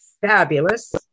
fabulous